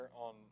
on